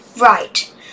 Right